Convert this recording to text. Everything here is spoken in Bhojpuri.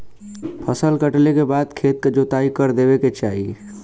फसल कटले के बाद खेत क जोताई कर देवे के चाही